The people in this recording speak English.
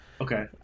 Okay